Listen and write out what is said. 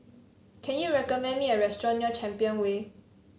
can you recommend me a restaurant near Champion Way